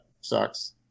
sucks